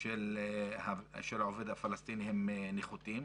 של העובד הפלסטיני הם נחותים.